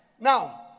Now